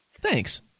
Thanks